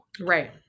Right